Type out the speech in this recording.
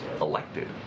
elected